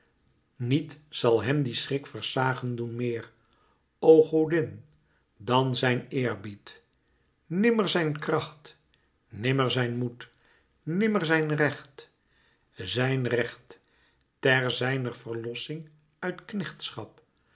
niet zal hem die schrik versagen doen meér o godin dan zijn eerbied nimmer zijn kracht nimmer zijn moed nimmer zijn recht zijn recht ter zijner verlossing uit